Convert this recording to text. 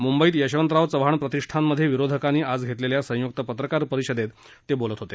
मुंबईत यशवंतराव चव्हाण प्रतिष्ठानमध्ये विरोधकांनी आज घेतलेल्या संयुक्त पत्रकार परिषदेत ते बोलत होते